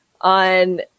on